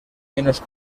menos